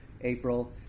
April